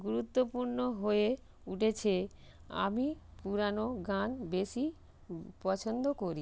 গুরুত্বপূর্ণ হয়ে উঠেছে আমি পুরানো গান বেশি পছন্দ করি